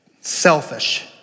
Selfish